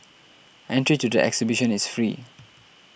entry to the exhibition is free